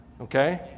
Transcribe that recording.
Okay